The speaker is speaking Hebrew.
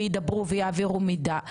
ידברו ויעבירו מידע.